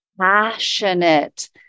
passionate